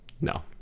no